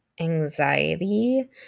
anxiety